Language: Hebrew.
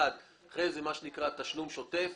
אחרי זה תשלום שוטף,